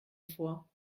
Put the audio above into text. vor